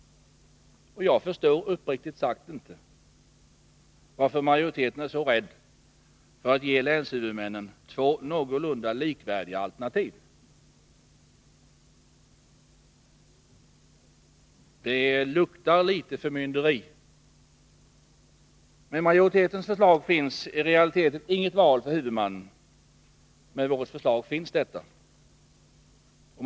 Jag förstår uppriktigt sagt inte varför majoriteten är så rädd för att ge länshuvudmännen två någorlunda likvärdiga alternativ. Det luktar litet förmynderi. Med majoritetens förslag finns i realiteten inget val för huvudmännen. Med vårt förslag finns en valmöjlighet.